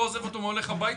לא עוזב אותו שילך הביתה,